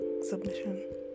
submission